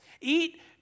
Eat